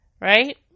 right